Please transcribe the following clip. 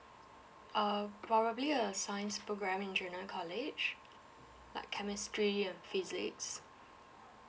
err probably a science program in junior college like chemistry and physics